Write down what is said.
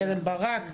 קרן ברק,